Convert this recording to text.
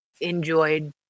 enjoyed